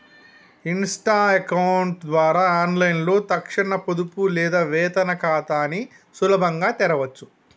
Insta account ద్వారా ఆన్లైన్లో తక్షణ పొదుపు లేదా వేతన ఖాతాని సులభంగా తెరవచ్చు